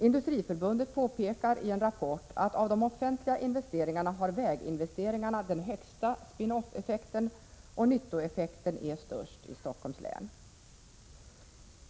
Industriförbundet påpekar i en rapport att av de offentliga investeringarna har väginvesteringarna den högsta ”spin off”-effekten och att nyttoeffekten är störst i Stockholms län.